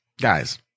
guys